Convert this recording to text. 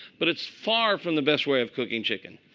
but it's far from the best way of cooking chicken.